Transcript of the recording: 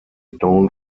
known